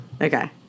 Okay